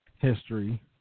history